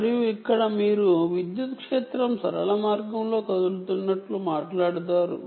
మరియు ఇక్కడ మీరు విద్యుత్ క్షేత్రం సరళ మార్గంలో కదులుతున్నట్లు మాట్లాడుతారు